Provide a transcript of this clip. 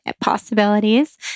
possibilities